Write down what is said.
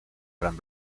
gran